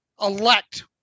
elect